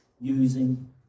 using